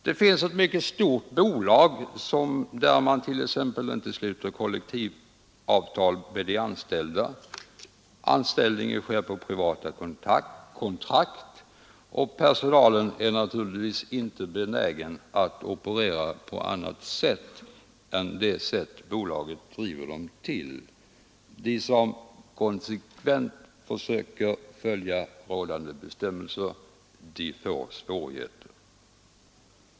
Det finns ett mycket stort bolag som inte sluter kollektivavtal med de anställda. Anställningen sker på privata kontrakt, och personalen är naturligtvis inte benägen att operera på annat sätt än det som bolaget driver dem till. De som konsekvent försöker följa rådande bestämmelser får svårigheter.